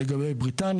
בבוקר.